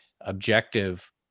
objective